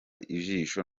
ijisho